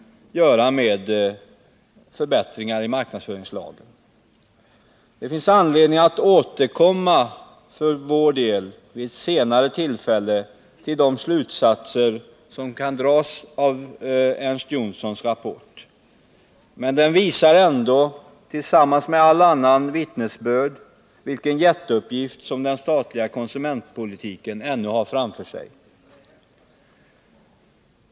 göra med förbättringar i marknadsföringslagen. Det finns för vår del anledning att återkomma vid ett senare tillfälle till de slutsatser som kan dras av Ernst Jonssons rapport. Den visar ändå, tillsammans med alla andra vittnesbörd, vilken jätteuppgift som den statliga konsumentpolitiken ännu har framför sig.